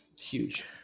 huge